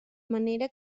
manera